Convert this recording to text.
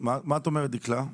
מה את אומרת, דקלה?